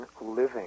living